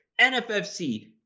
NFFC